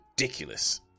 ridiculous